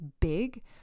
big